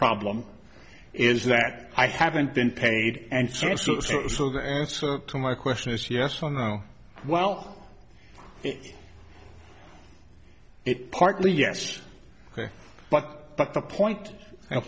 problem is that i haven't been paid and some so my question is yes or no well it partly yes but but the point